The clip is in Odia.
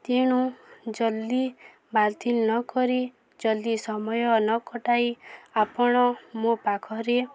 ତେଣୁ ଜଲ୍ଦି ବାତିଲ ନକରି ଜଲ୍ଦି ସମୟ ନ କଟାଇ ଆପଣ ମୋ ପାଖରେ